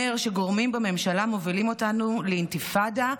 שגורמים בממשלה מובילים אותנו לאינתיפאדה,